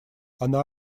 она